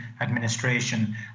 administration